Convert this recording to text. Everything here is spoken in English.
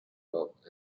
rock